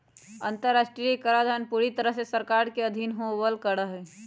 अन्तर्राष्ट्रीय कराधान पूरी तरह से सरकार के अधीन ही होवल करा हई